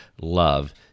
love